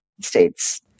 States